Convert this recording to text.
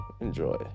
enjoy